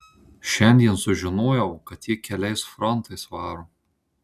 šiandien sužinojau kad ji keliais frontais varo